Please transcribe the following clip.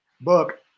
book